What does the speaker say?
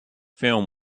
film